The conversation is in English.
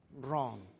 Wrong